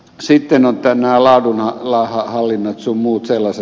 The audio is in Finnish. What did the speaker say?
sitten ovat nämä laadunhallinnat sun muut sellaiset